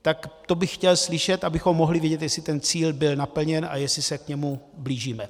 Tak to bych chtěl slyšet, abychom mohli vidět, jestli ten cíl byl naplněn a jestli se k němu blížíme.